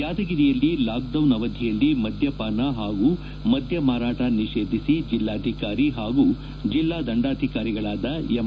ಯಾದಗಿರಿಯಲ್ಲಿ ಲಾಕ್ಡೌನ್ ಅವಧಿಯಲ್ಲಿ ಮದ್ದಪಾನ ಹಾಗೂ ಮದ್ದ ಮಾರಾಟ ನಿ ೇಧಿಸಿ ಜಿಲ್ಲಾಧಿಕಾರಿ ಹಾಗೂ ಜಿಲ್ಲಾ ದಂಡಾಧಿಕಾರಿಗಳಾದ ಎಂ